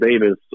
Davis